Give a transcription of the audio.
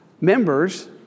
members